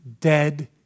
dead